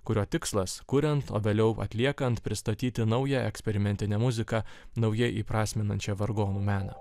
kurio tikslas kuriant o vėliau atliekant pristatyti naują eksperimentinę muziką naujai įprasminančią vargonų meną